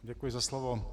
Děkuji za slovo.